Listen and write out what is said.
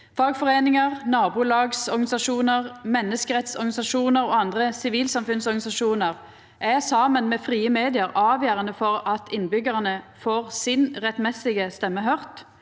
Fagforeiningar, nabolagsorganisasjonar, menneskerettsorganisasjonar og andre sivilsamfunnsorganisasjonar er saman med frie medium avgjerande for at innbyggjarane får si rettmessige stemme høyrt,